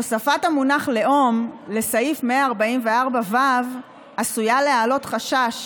הוספת המונח "לאום" לסעיף 144ו עשויה להעלות חשש